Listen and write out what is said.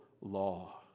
law